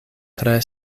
tre